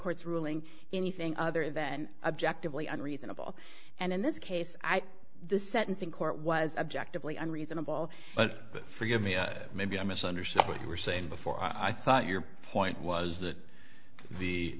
court's ruling anything other than objectively and reasonable and in this case the sentencing court was objectively unreasonable but forgive me or maybe i'm understand what you were saying before i thought your point was that the